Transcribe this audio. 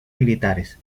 militares